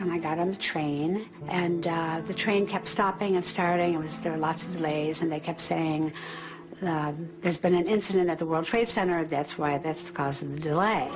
and i got on the train and the train kept stopping and starting i was there lots of delays and they kept saying there's been an incident at the world trade center that's why that's causing the delay